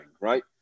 right